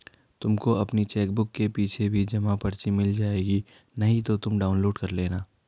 तुमको अपनी चेकबुक के पीछे भी जमा पर्ची मिल जाएगी नहीं तो तुम डाउनलोड कर लेना